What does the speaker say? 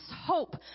hope